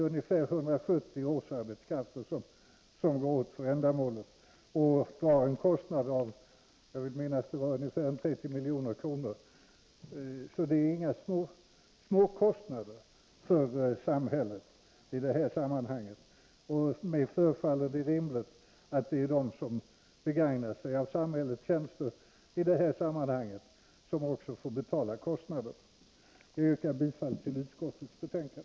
Ungefär 170 årsarbetskrafter går åt för detta ändamål och drar en kostnad på ca 30 milj.kr. så det är inga små kostnader för samhället. Mig förefaller det rimligt att det är de som begagnar sig av samhällets tjänster i detta sammanhang som också får betala kostnaderna. Jag yrkar bifall till utskottets hemställan.